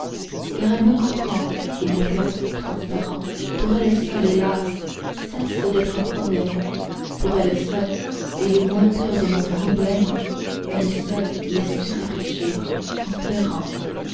car elle me comprend et mon coeur transparent pour elle seule hélas cesse d'être un problème pour elle seule et les moiteurs de mon front blême elle seule les sait rafraîchir en pleurant